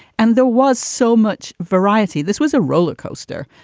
and there was so much variety. this was a roller coaster,